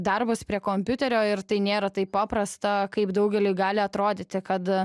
darbas prie kompiuterio ir tai nėra taip paprasta kaip daugeliui gali atrodyti kad